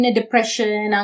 depression